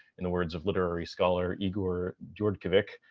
in the words of literary scholar igor djordjevic,